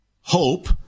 hope